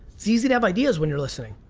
it's easy to have ideas when you're listening.